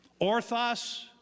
Orthos